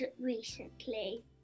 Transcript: recently